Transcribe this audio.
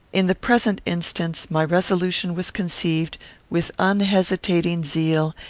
in the present instance, my resolution was conceived with unhesitating zeal,